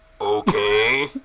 Okay